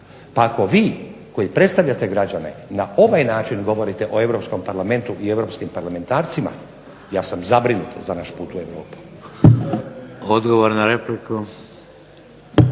Pa ako vi koji predstavljate građane na ovaj način govorite o Europskom parlamentu i europskim parlamentarcima ja sam zabrinut za naš put u Europu.